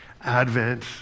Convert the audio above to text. Advent